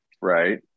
Right